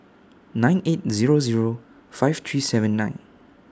nine eight Zero Zero five three seven nine